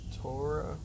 Torah